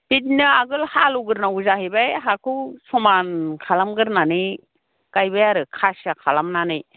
बिदिनो आगोल हालेवग्रोनांगौ जाहैबाय हाखौ समान खालामग्रोनानै गायबाय आरो खासिया खालामनानै